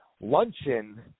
luncheon